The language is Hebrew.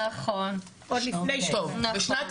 עוד לפני שהגעת.